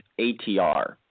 ATR